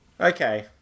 Okay